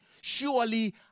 Surely